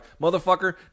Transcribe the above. motherfucker